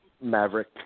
maverick